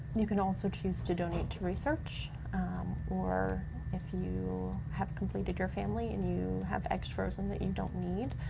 you can also choose to donate to research or if you you have completed your family and you have eggs frozen that you don't need,